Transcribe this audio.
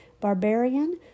Barbarian